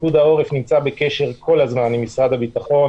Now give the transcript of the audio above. פיקוד העורף נמצא בקשר עם משרד הביטחון,